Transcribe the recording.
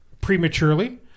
prematurely